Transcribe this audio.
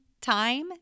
time